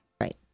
Right